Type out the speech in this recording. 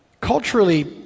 culturally